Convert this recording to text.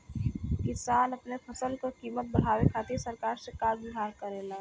किसान अपने फसल क कीमत बढ़ावे खातिर सरकार से का गुहार करेला?